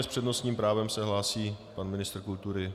S přednostním právem se hlásí pan ministr kultury.